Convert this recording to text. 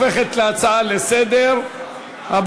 זכות להחלפת חברת ניהול) הופכת להצעה לסדר-היום,